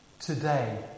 Today